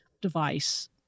device